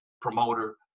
promoter